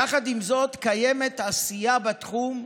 יחד עם זאת קיימת עשייה בתחום,